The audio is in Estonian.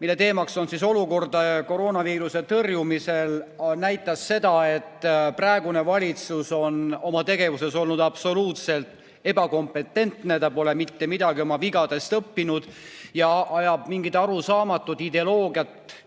mille teemaks on olukord koroonaviiruse tõrjumisel, näitas seda, et praegune valitsus on oma tegevuses olnud absoluutselt ebakompetentne, ta pole mitte midagi oma vigadest õppinud, ta ajab mingit arusaamatut ideoloogiat